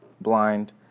blind